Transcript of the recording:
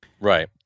Right